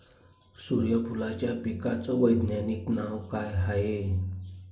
सुर्यफूलाच्या पिकाचं वैज्ञानिक नाव काय हाये?